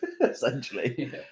essentially